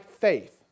faith